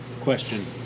question